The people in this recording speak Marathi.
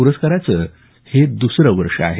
पुरस्काराचं हे दुसरं वर्ष आहे